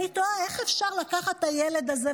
אני תוהה איך אפשר לקחת את הילד הזה,